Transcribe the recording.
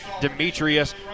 Demetrius